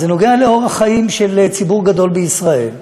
זה נוגע לאורח החיים של ציבור גדול בישראל,